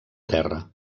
terra